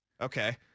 Okay